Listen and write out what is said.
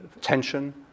tension